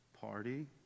party